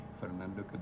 Fernando